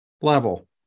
level